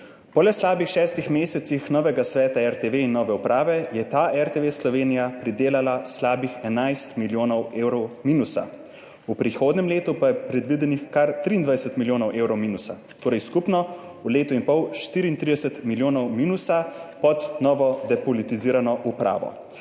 Po le slabih šestih mesecih novega sveta RTV in nove uprave je ta RTV Slovenija pridelala slabih 11 milijonov evrov minusa, v prihodnjem letu pa je predvidenih kar 23 milijonov evrov minusa, torej skupno v letu in pol 34 milijonov minusa pod novo, depolitizirano upravo.